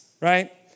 right